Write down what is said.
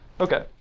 Okay